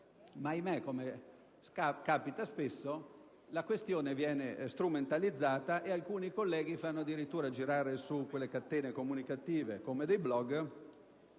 ma ahimè, come capita spesso, la questione viene strumentalizzata e alcuni colleghi fanno addirittura girare su quelle catene comunicative simili a *blog*